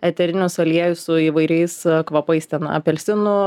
eterinius aliejus su įvairiais kvapais ten apelsinų